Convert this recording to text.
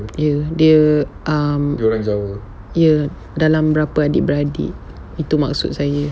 ya dia um dalam berapa adik beradik itu maksud saya